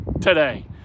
today